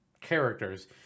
characters